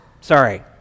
Sorry